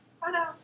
Hello